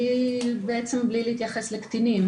בלי להתייחס לקטינים,